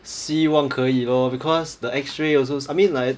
希望可以 lor because the x-ray also I mean like